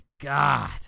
God